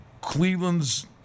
Cleveland's